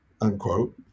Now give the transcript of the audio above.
unquote